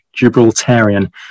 Gibraltarian